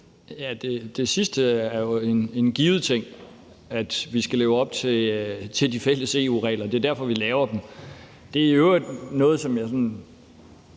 Det sidste er jo en givet ting. Vi skal leve op til de fælles EU-regler. Det er derfor, vi laver dem. Det er i øvrigt noget, som jeg